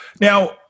Now